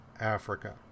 africa